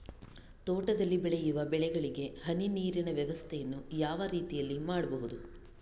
ತೋಟದಲ್ಲಿ ಬೆಳೆಯುವ ಬೆಳೆಗಳಿಗೆ ಹನಿ ನೀರಿನ ವ್ಯವಸ್ಥೆಯನ್ನು ಯಾವ ರೀತಿಯಲ್ಲಿ ಮಾಡ್ಬಹುದು?